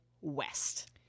west